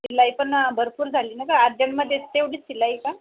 शिलाई पण भरपूर झाली ना गं अर्जंटमध्ये तेवढीच शिलाई का